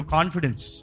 Confidence